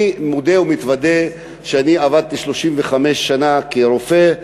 אני מודה ומתוודה שאני עברתי 35 שנה כרופא,